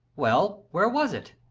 well, where was it?